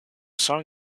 song